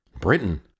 Britain